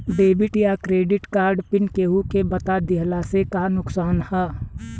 Debit या credit card PIN केहूके बता दिहला से का नुकसान ह?